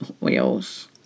wheels